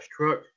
truck